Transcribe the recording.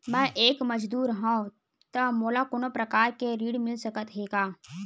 मैं एक मजदूर हंव त मोला कोनो प्रकार के ऋण मिल सकत हे का?